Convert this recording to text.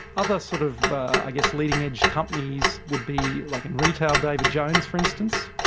other sort of i guess leading-edge companies would be like in retail, david jones for instance,